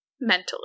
mentally